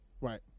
right